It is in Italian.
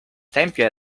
tempio